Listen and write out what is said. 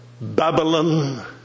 Babylon